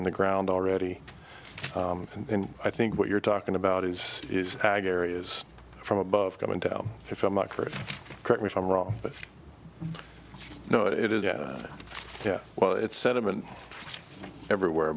in the ground already and i think what you're talking about is is ag areas from above coming down if i'm up for it correct me if i'm wrong but no it is yeah yeah well it's sediment everywhere